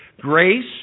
Grace